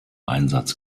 einsatz